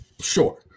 sure